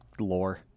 lore